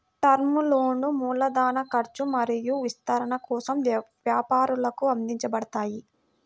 term లోన్లు మూలధన ఖర్చు మరియు విస్తరణ కోసం వ్యాపారాలకు అందించబడతాయి